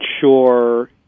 sure